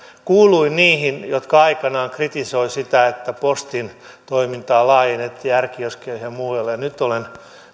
kuuluin niihin jotka aikanaan kritisoivat sitä että postin toimintaa laajennettiin r kioskeihin ja muualle nyt olen